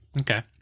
Okay